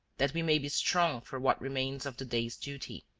that we may be strong for what remains of the day's duty.